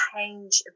Change